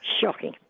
Shocking